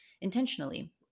intentionally